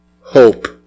Hope